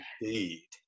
Indeed